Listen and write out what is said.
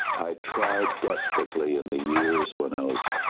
i tried desperately in the years when i was,